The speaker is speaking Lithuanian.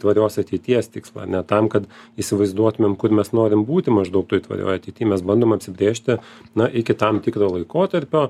tvarios ateities tikslą ne tam kad įsivaizduotumėm kur mes norim būti maždaug toj tvarioj ateity mes bandom apsibrėžti na iki tam tikro laikotarpio